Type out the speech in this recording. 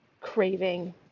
craving